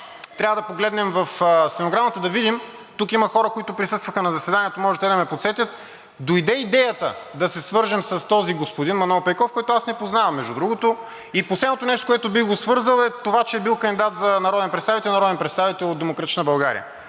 трябва да погледнем в стенограмата, да видим, тук има хора, които присъстваха на заседанието и може те да ме подсетят – дойде идеята да се свържем с този господин Манол Пейков, който аз не познавам. Между другото, и последното нещо, с което бих го свързал, е това, че е бил кандидат за народен представител – народен представител от „Демократична България“,